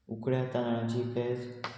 उकड्या तांदळाची पेज